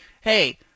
hey –